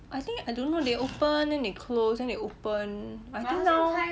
I think I don't know they open then they close then they open I think now